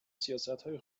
سیاستهای